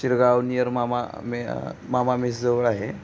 Shirgaon near Mama मे Mama mess जवळ आहे